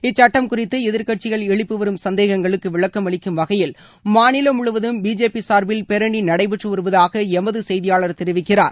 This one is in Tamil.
இச்சுட்டம் குறித்து எதிர்கட்சிகள் எழுப்பிவரும் சந்தேகங்களுக்கு விளக்கம் அளிக்கும் வகையில் மாநிலம் முழுவதும் பிஜேபி சார்பில் பேரணி நடைபெற்று வருவதாக எமது செய்தியாளர் தெரிவிக்கிறார்